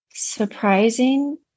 surprising